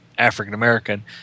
African-American